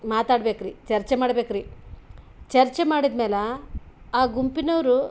ಮಾತಾಡಬೇಕ್ರಿ ಚರ್ಚೆ ಮಾಡಬೇಕ್ರಿ ಚರ್ಚೆ ಮಾಡಿದ್ಮೇಲೆ ಆ ಗುಂಪಿನವರು